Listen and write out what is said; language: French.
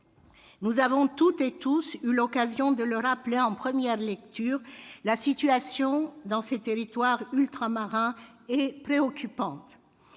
Nous avons toutes et tous eu l'occasion de le rappeler en première lecture, la situation dans ces territoires ultramarins est préoccupante.